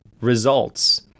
results